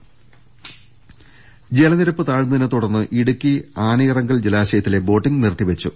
രദേഷ്ടെടു ജലനിരപ്പ് താഴ്ന്നതിനെ തുടർന്ന് ഇടുക്കി ആനയിറങ്കൽ ജലാശയത്തിലെ ബോട്ടിംഗ് നിർത്തിവെച്ചു